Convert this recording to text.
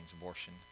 abortion